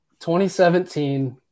2017